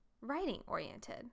writing-oriented